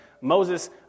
Moses